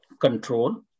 control